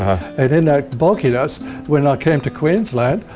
then the bulkiness when i came to queensland,